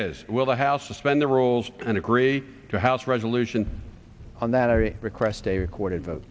is will the house suspend the rules and agree to house resolution on that every request a recorded